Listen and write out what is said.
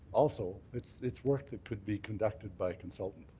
also it's it's work that could be conducted by consultants.